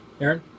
Aaron